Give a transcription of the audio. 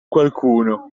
qualcuno